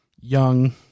young